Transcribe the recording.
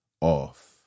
off